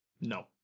No